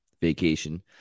vacation